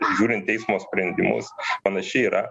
žiūrint teismo sprendimus panašiai yra